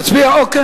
נצביע, אוקיי.